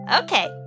Okay